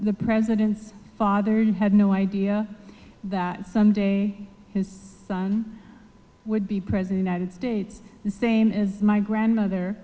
the president's father you had no idea that some day his son would be present in ited states the same is my grandmother